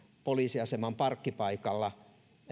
poliisiaseman parkkipaikalla